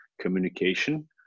communication